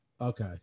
okay